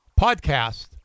podcast